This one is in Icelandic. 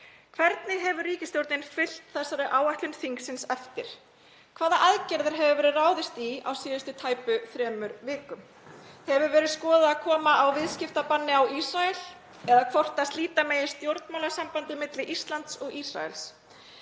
Hvernig hefur ríkisstjórnin fylgt þessari áætlun þingsins eftir? Í hvaða aðgerðir hefur verið ráðist á síðustu tæpum þremur vikum? Hefur verið skoðað að koma á viðskiptabanni á Ísrael eða hvort slíta eigi stjórnmálasambandi milli Íslands og Ísraels?